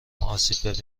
آسیب